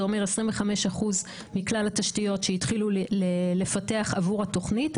זה אומר 25% מכלל התשתיות שהתחילו לפתח עבור התוכנית.